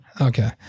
Okay